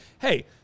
hey